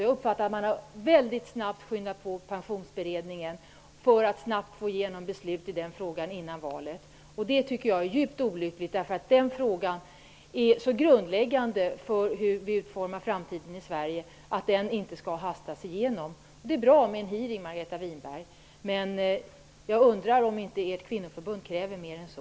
Jag har uppfattat att man har skyndat på Pensionsberedningen väldigt mycket för att snabbt få igenom ett beslut i den frågan innan valet. Det är djupt olyckligt. Den frågan är så grundläggande för hur vi utformar framtiden i Sverige att den inte skall hastas igenom. Det är bra med en hearing, Margareta Winberg, men jag undrar om inte ert kvinnoförbund kräver mer än så.